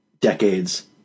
decades